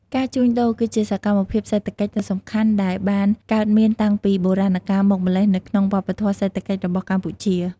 ការជួញដូរ គឺជាសកម្មភាពសេដ្ឋកិច្ចដ៏សំខាន់ដែលបានកើតមានតាំងពីបុរាណកាលមកម្ល៉េះនៅក្នុងវប្បធម៌សេដ្ឋកិច្ចរបស់កម្ពុជា។